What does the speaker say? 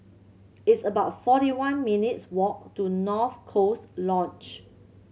it's about forty one minutes' walk to North Coast Lodge